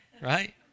right